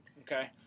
Okay